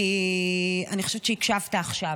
כי אני חושבת שהקשבת עכשיו.